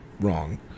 wrong